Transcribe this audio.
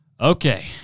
Okay